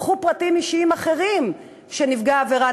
קחו פרטים אישיים אחרים על נפגע עבירה,